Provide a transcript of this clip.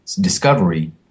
discovery